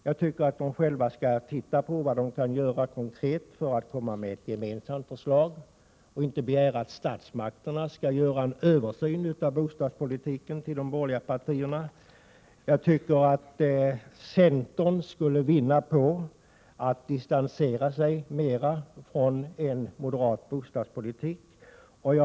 Jag tycker att de själva borde göra något konkret för att komma med ett gemensamt förslag och inte begära att statsmakterna skall göra en översyn av bostadspolitiken för de borgerliga partierna. Jag tycker centern skulle vinna på att distansera sig mera från en moderat bostadspolitik.